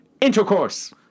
intercourse